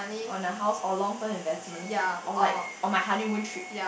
on the house or long term investments or like on my honeymoon trip